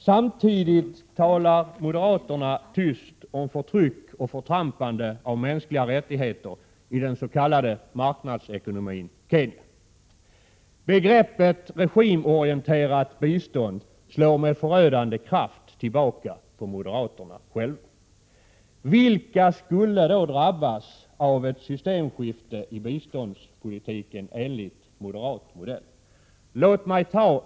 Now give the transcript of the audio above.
Samtidigt talar moderaterna tyst om förtryck och förtrampande av mänskliga rättigheter i den s.k. marknadsekonomin Kenya. Begreppet regimorienterat bistånd slår med förödande kraft tillbaka på moderaterna själva. Vilka skulle då drabbas av ett systemskifte i biståndspolitiken enligt moderat modell?